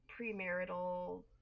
premarital